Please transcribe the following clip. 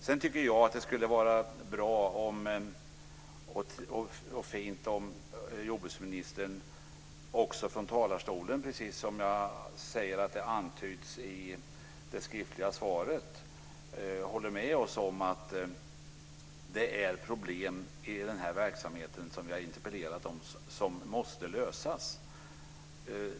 Sedan tycker jag att det skulle vara bra om jordbruksministern också från talarstolen, precis som antyds i det skriftliga svaret, håller med oss om att det är problem i verksamheten som vi har interpellerat om som måste lösas.